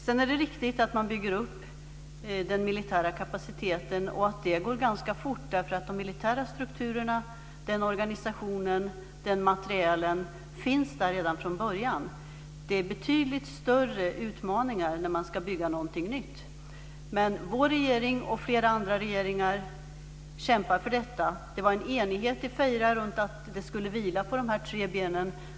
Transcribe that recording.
Sedan är det riktigt att man bygger upp den militära kapaciteten och att det går ganska fort därför att de militära strukturerna, den organisationen och den materielen finns där redan från början. Det är betydligt större utmaningar när man ska bygga någonting nytt. Men vår regering och flera andra regeringar kämpar för detta. Det var en enighet i Feira kring att det här skulle vila på de här tre benen.